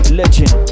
legend